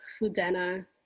Fudena